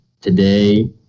today